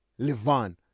Levan